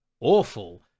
awful